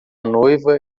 noiva